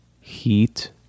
heat